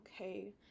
okay